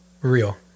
real